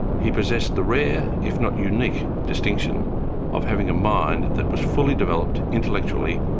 he possessed the rare, if not unique distinction of having a mind that was fully developed intellectually,